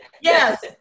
Yes